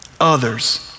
others